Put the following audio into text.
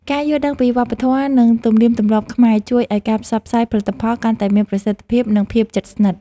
ការយល់ដឹងពីវប្បធម៌ និងទំនៀមទម្លាប់ខ្មែរជួយឱ្យការផ្សព្វផ្សាយផលិតផលកាន់តែមានប្រសិទ្ធភាព និងភាពជិតស្និទ្ធ។